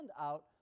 out